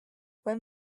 when